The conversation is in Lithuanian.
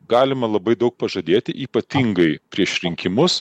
galima labai daug pažadėti ypatingai prieš rinkimus